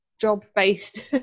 job-based